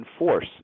enforce